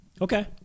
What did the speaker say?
Okay